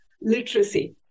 literacy